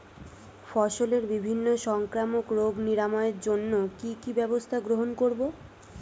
ফসলের বিভিন্ন সংক্রামক রোগ নিরাময়ের জন্য কি কি ব্যবস্থা গ্রহণ করব?